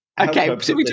Okay